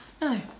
No